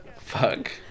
fuck